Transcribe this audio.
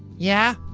yeah?